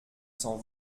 cent